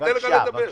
בבקשה, בבקשה.